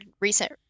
recent